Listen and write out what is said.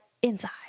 Inside